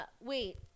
Wait